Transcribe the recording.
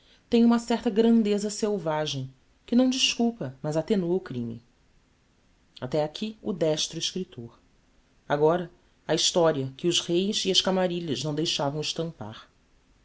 tem uma certa grandeza selvagem que não desculpa mas attenua o crime até aqui o destro escriptor agora a historia que os reis e as camarilhas não deixavam estampar